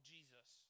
Jesus